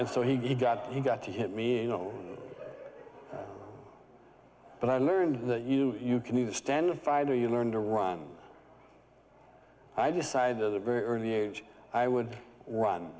and so he got he got to hit me you know but i learned that you you can do the stand and fight or you learned to run i decided as a very early age i would run